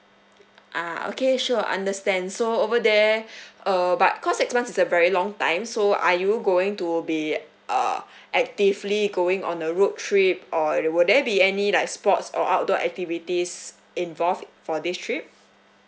ah okay sure understand so over there err but cause six months is a very long time so are you going to be uh actively going on a road trip or will there be any like sports or outdoor activities involved for this trip